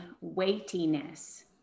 weightiness